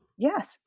Yes